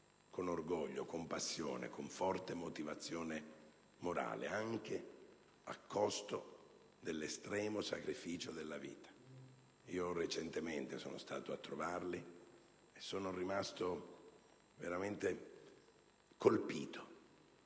con orgoglio, con passione, con forte motivazione morale, anche a costo dell'estremo sacrificio della vita. Io recentemente sono stato a trovarli e sono rimasto veramente colpito